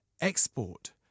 export